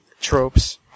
tropes